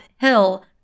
hill